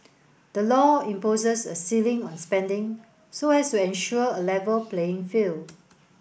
the law imposes a ceiling on spending so as to ensure a level playing field